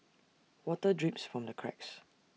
water drips from the cracks